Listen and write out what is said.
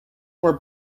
were